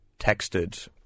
texted